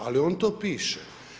Ali, on to piše.